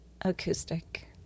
acoustic